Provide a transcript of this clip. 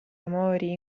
amori